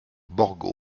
borgo